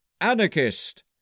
anarchist